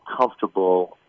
comfortable